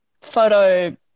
photo